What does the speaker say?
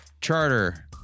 charter